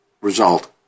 result